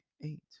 eight